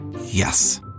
yes